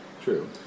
True